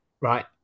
right